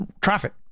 traffic